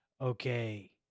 Okay